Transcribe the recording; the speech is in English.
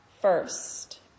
first